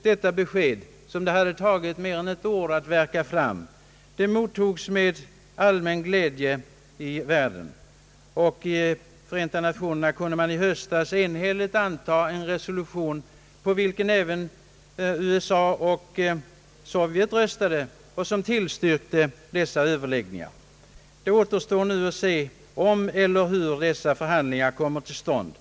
Detta besked, som det hade tagit mer än ett år att värka fram, mottogs med allmän glädje i världen. I FN kunde man i höstas enhälligt anta en resolution, på vilken även USA och Sovjet röstade och som innebar ett tillstyrkande av dessa överläggningar. Det återstår nu att se om eller hur dessa förhandlingar kommer till stånd. Det Ang.